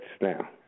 now